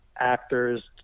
actors